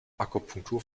akupunktur